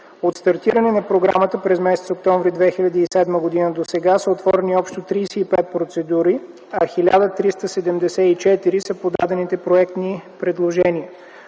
От стартирането на програмата през м. октомври 2007 г. досега са отворени общо 35 процедури, а 1374 са подадените проектни предложения.